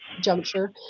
juncture